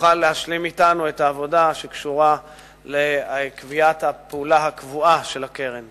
תוכל להשלים אתנו את העבודה שקשורה לקביעת הפעולה הקבועה של הקרן.